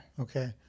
okay